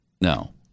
No